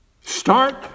start